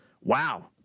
Wow